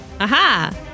Aha